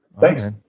Thanks